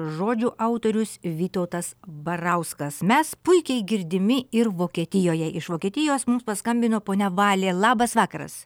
žodžių autorius vytautas barauskas mes puikiai girdimi ir vokietijoje iš vokietijos mums paskambino ponia valė labas vakaras